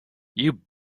you